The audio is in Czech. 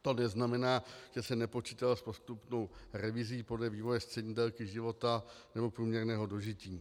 To neznamená, že se nepočítalo s postupnou revizí podle vývoje střední délky života nebo průměrného dožití.